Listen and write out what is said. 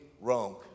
wrong